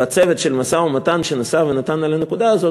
בצוות של המשא-ומתן ושנשא ונתן על הנקודה הזאת,